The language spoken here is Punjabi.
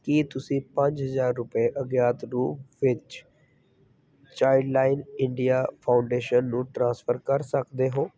ਕੀ ਤੁਸੀਂਂ ਪੰਜ ਹਜ਼ਾਰ ਰੁਪਏ ਅਗਿਆਤ ਰੂਪ ਵਿੱਚ ਚਾਈਲਡਲਾਈਨ ਇੰਡੀਆ ਫਾਊਂਡੇਸ਼ਨ ਨੂੰ ਟ੍ਰਾਂਸਫਰ ਕਰ ਸਕਦੇ ਹੋ